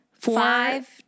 Five